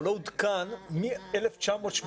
הוא לא עודכן מ-1986.